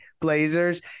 Blazers